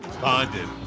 bonded